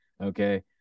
okay